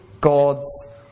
God's